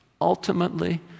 Ultimately